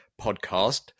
podcast